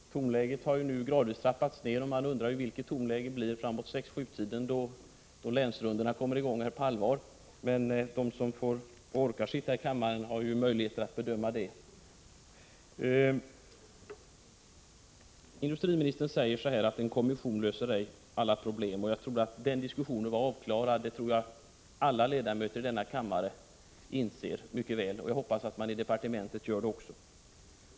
Herr talman! Tonläget har nu gradvis trappats ner, och man undrar vilket tonläge det blir vid 6-7-tiden, då länsrundorna kommer i gång på allvar. De som orkar sitta i kammaren har möjlighet att bedöma detta. Industriministern säger att en kommission inte löser alla problem. Jag trodde att den diskussionen var avklarad. Jag tror att alla ledamöter i denna kammare inser detta mycket väl, och jag hoppas att man har gjort det i departementet också.